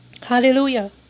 Hallelujah